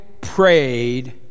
prayed